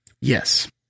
Yes